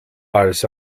als